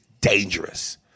dangerous